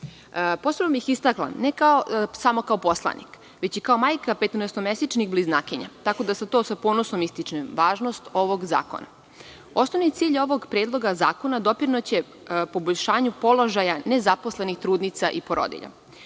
bih istakla, ne samo kao poslanik, već kao i majka petnaesto mesečnih bliznakinja, tako da sa ponosom ističem važnost ovog zakona. Osnovni cilj ovog predloga zakona doprineće poboljšanju položaja nezaposlenih trudnica i porodilja. Trudnoća